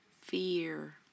fear